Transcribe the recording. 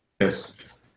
Yes